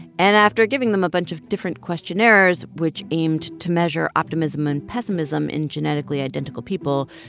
and, after giving them a bunch of different questionnaires which aimed to measure optimism and pessimism in genetically identical people,